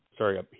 Sorry